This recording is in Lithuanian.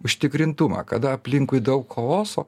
užtikrintumą kada aplinkui daug chaoso